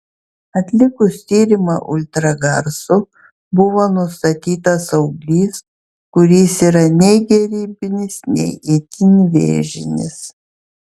atlikus tyrimą ultragarsu buvo nustatytas auglys kuris yra nei gerybinis nei itin vėžinis